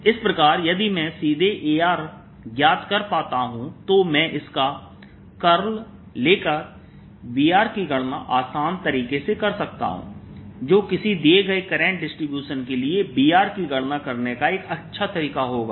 इस प्रकार यदि मैं सीधे A ज्ञात कर पाता हूं तो मैं इसका कर्ल लेकर B की गणना आसान तरीके से कर सकता हूं जो किसी दिए गए करंट डिस्ट्रीब्यूशन के लिए B की गणना करने का एक अच्छा तरीका होगा